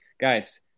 Guys